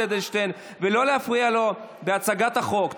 אדלשטיין ולא להפריע לו בהצגת החוק.